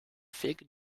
fig